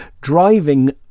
Driving